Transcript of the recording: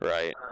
Right